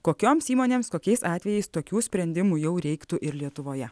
kokioms įmonėms kokiais atvejais tokių sprendimų jau reiktų ir lietuvoje